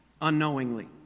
unknowingly